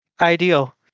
Ideal